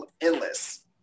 endless